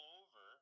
over